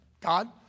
God